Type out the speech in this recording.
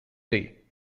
day